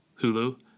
Hulu